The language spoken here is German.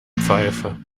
pfeife